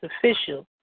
official